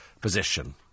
position